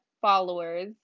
followers